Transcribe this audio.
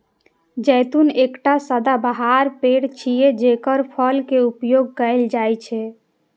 जैतून एकटा सदाबहार पेड़ छियै, जेकर फल के उपयोग कैल जाइ छै